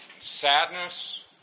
sadness